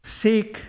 seek